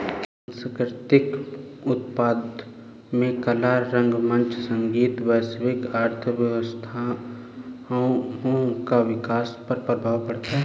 सांस्कृतिक उत्पादों में कला रंगमंच संगीत वैश्विक अर्थव्यवस्थाओं विकास पर प्रभाव पड़ता है